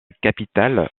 capitale